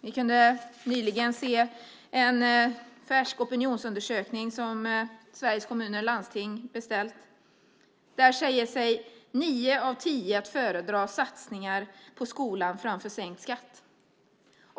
Vi kunde nyligen se en färsk opinionsundersökning som Sveriges Kommuner och Landsting beställt. Där säger sig nio av tio föredra satsningar på skolan framför sänkt skatt.